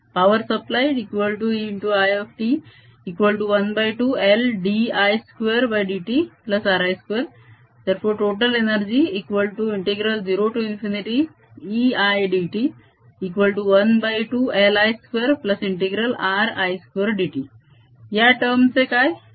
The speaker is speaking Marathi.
Power suppliedϵIt12LdI2dtRI2 Total energy 0ϵItdt12LI2RI2dt या टर्म चे काय